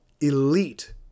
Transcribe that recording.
elite